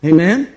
Amen